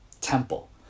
temple